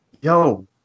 yo